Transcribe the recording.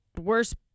worst